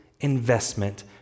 investment